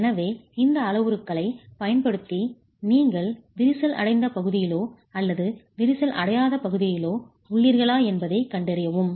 எனவே இந்த அளவுருக்களைப் பயன்படுத்தி நீங்கள் விரிசல் அடைந்த பகுதியிலோ அல்லது விரிசல் அடையாத பகுதியிலோ உள்ளீர்களா என்பதைக் கண்டறியவும்